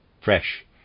fresh